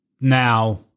Now